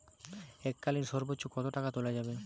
এককালীন সর্বোচ্চ কত টাকা তোলা যাবে?